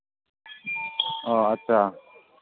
ꯑꯣ ꯑꯠꯁꯥ